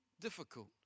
difficult